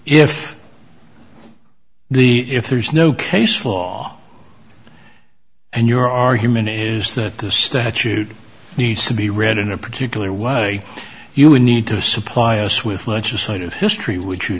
if the if there is no case law and your argument is that the statute needs to be read in a particular why you would need to supply us with legislative history w